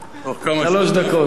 שלוש דקות.